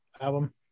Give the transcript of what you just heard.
album